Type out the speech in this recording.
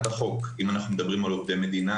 החוק - אם אנחנו מדברים על עובדי מדינה,